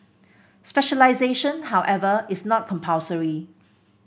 specialisation however is not compulsory